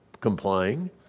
complying